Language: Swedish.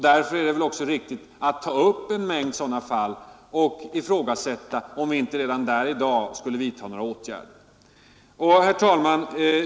Därför är det väl också riktigt att ta upp en mängd sådana fall och ifrågasätta om man inte redan i dag borde vidta åtgärder.